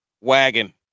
Wagon